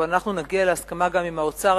אבל אנחנו נגיע להסכמה גם עם האוצר,